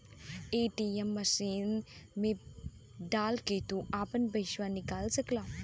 ATM machine मे डाल के तू आपन पइसा निकाल सकला